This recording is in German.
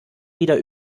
wieder